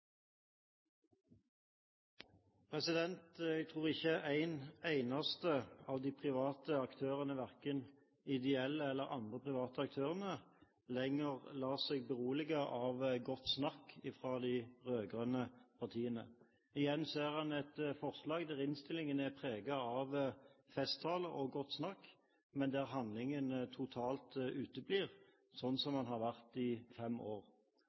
saken. Jeg tror ikke en eneste av de private aktørene – verken ideelle eller andre private aktører – lenger lar seg berolige av godt snakk fra de rød-grønne partiene. Igjen ser man et forslag der innstillingen er preget av festtaler og godt snakk, men der handlingen totalt uteblir, slik det har vært i fem år.